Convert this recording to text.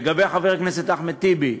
לגבי חבר הכנסת אחמד טיבי,